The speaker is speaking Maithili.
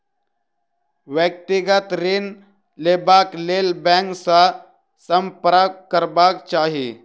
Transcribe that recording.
व्यक्तिगत ऋण लेबाक लेल बैंक सॅ सम्पर्क करबाक चाही